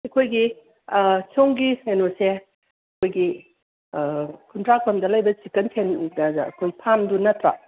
ꯑꯩꯈꯣꯏꯒꯤ ꯁꯣꯝꯒꯤ ꯀꯩꯅꯣꯁꯦ ꯑꯩꯈꯣꯏꯒꯤ ꯈꯨꯟꯗ꯭ꯔꯥꯛꯄꯝꯗ ꯂꯩꯕ ꯆꯤꯛꯟ ꯁꯦꯟꯇꯔ ꯑꯩꯈꯣꯏ ꯐꯥꯔꯝꯗꯣ ꯅꯠꯇ꯭ꯔꯣ